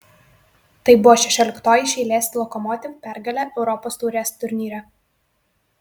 tai buvo šešioliktoji iš eilės lokomotiv pergalė europos taurės turnyre